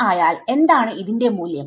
ആയാൽ എന്താണ് ന്റെ മൂല്യം